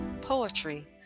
poetry